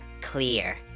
Clear